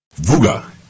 Vuga